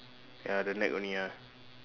ya the neck only ah